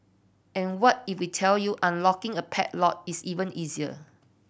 and what if we tell you unlocking a padlock is even easier